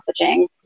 messaging